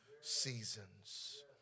seasons